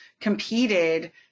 competed